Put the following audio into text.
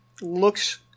Looks